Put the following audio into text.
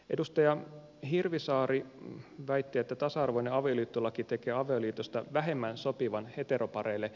edustaja hirvisaari väitti että tasa arvoinen avioliittolaki tekee avioliitosta vähemmän sopivan heteropareille